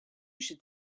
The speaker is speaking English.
should